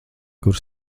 kur